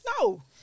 No